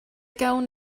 gawn